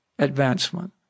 advancement